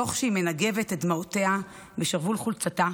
תוך שהיא מנגבת את דמעותיה בשרוול חולצתה,